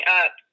up